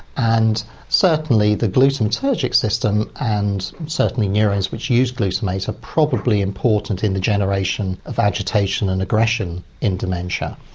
and certainly the glutamaturgic system and certainly neurons which use glutamate are probably important in the generation of agitation and aggression in dementia.